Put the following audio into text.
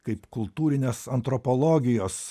kaip kultūrinės antropologijos